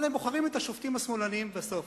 אבל הם בוחרים את השופטים השמאלניים בסוף,